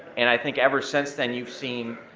and i think ever since then you've seen,